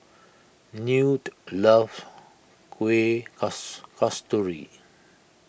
Newt loves Kueh Kasturi